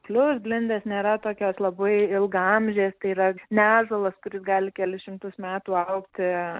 plius blindės nėra tokios labai ilgaamžės tai yra ne ąžuolas kuris gali kelis šimtus metų augti